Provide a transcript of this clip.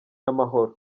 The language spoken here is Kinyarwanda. y’amahoro